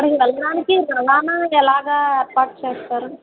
అక్కడికి వెళ్ళడానికి ఎలనా ఎలాగా ఖర్చుచేస్తారు